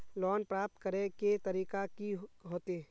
Loan प्राप्त करे के तरीका की होते?